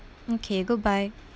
okay goodbye